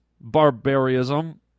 barbarism